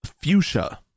Fuchsia